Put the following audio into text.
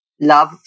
Love